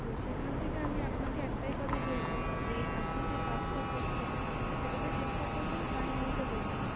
তো সেখান থেকে আমি আপনাকে একটাই কথা বলবো যে আপনি যে কাজটা করছেন সেটাতে চেষ্টা করবেন টাইম মতো পৌঁছানো